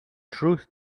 truth